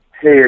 Hey